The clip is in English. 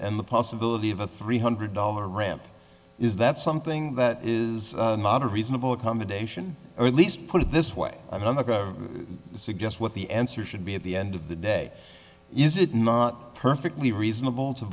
and the possibility of a three hundred dollar ramp is that something that is modern reasonable accommodation or at least put it this way i'm going to suggest what the answer should be at the end of the day is it not perfectly reasonable to